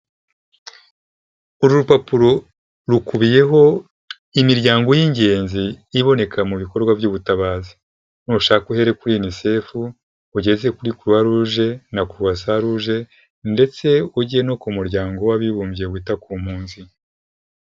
Uru rupapuro rukubiyeho imiryango y'ingenzi iboneka mu bikorwa by'ubutabazi. Nushaka uhere kuri Unicef ugeze kuri Croix rouge na Croissant rouge ndetse ujye no ku muryango w'Abibumbye wita ku mpunzi.